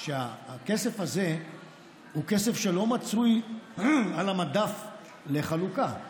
שהכסף הזה הוא כסף שלא מצוי על המדף לחלוקה.